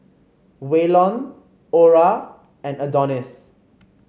Waylon Orah and Adonis